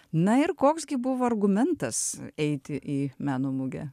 na ir koks gi buvo argumentas eiti į meno mugę